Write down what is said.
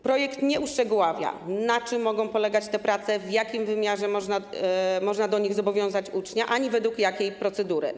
Projekt nie uszczegóławia, na czym mogą polegać te prace, w jakim wymiarze można do nich zobowiązać ucznia ani według jakiej procedury.